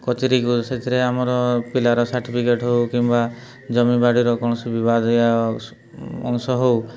କଚେରୀକୁ ସେଥିରେ ଆମର ପିଲାର ସାର୍ଟିଫିକେଟ୍ ହେଉ କିମ୍ବା ଜମି ବାଡ଼ିର କୌଣସି ବିବାଦିଆ ଅଂଶ ହେଉ